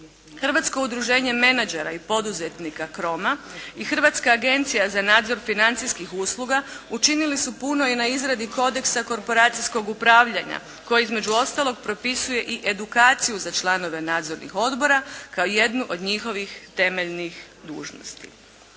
Hrvatsko udruženje menadžera i poduzetnika Croma i Hrvatska agencija za nadzor financijskih usluga učinili su puno i na izradi kodeksa korporacijskog upravljanja koji između ostalog propisuje i edukaciju za članove nadzornih odbora kao jednu od njihovih temeljnih dužnosti.